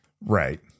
Right